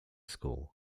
school